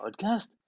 podcast